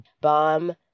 bomb